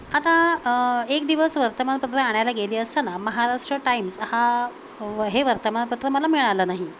आता एक दिवस वर्तमानपत्र आणायला गेली असताना महाराष्ट्र टाइम्स हा व हे वर्तमानपत्र मला मिळालं नाही